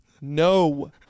No